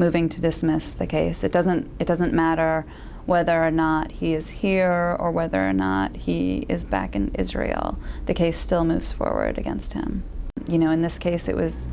moving to dismiss the case that doesn't it doesn't matter whether or not he is here or whether or not he is back in israel the case still moves forward against him you know in this case it was